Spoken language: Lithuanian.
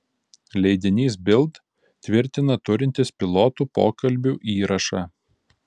leidinys bild tvirtina turintis pilotų pokalbių įrašą